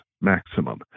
maximum